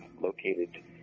located